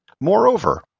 Moreover